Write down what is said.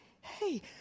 Hey